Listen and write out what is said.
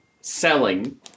selling